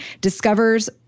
discovers